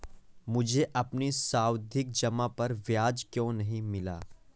मुझे अपनी सावधि जमा पर ब्याज क्यो नहीं मिला?